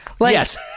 Yes